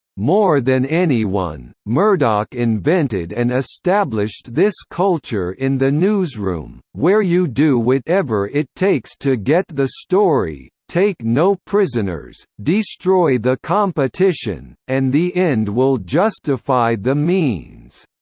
more than anyone, murdoch invented and established this culture in the newsroom, where you do whatever it takes to get the story, take no prisoners, destroy the competition, and the end will justify the means.